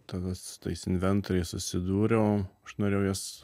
tada su tais inventoriais susidūriau aš norėjau juos